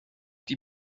die